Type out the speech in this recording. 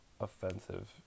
offensive